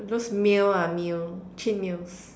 those mill ah mill chain mills